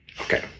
Okay